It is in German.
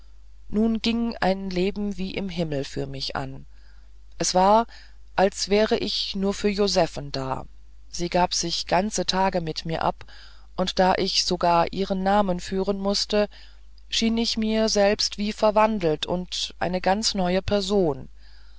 nun ging ein leben wie im himmel für mich an es war als wäre ich nur für josephen da sie gab sich ganze tage mit mir ab und da ich sogar ihren namen führen mußte schien ich mir selber wie verwandelt und eine ganz neue person